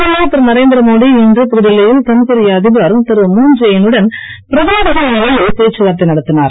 பிரதமர் திருநரேந்திர மோடி இன்று புதுடில்வி யில் தென் கொரிய அதிபர் திருழன் ஜே இன் னுடன் பிரதிநிதிகள் நிலையில் பேச்சுவார்த்தை நடத்தினர்